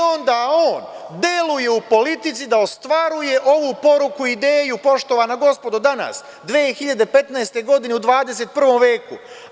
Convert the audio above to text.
Onda on deluje u politici da ostvaruje ovu poruku i ideju, poštovana gospodo danas, 2015. godine u 21. veku.